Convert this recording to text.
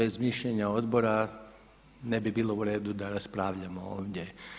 Bez mišljenja odbora ne bi bilo u redu da raspravljamo ovdje.